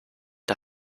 der